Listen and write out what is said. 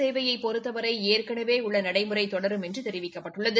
சேவையை பொறுத்தவரை ஏற்கனவே உள்ள நடைமுறை தொடரும் பார்சல் என்று தெரிவிக்கப்பட்டுள்ளது